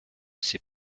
ses